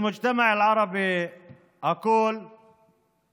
(אומר דברים בשפה הערבית, להלן תרגומם: